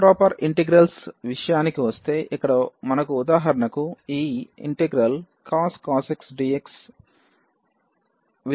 improper integrals విషయానికి వస్తే ఇక్కడ మనకు ఉదాహరణకు ఈ 0cos xdx ఉంది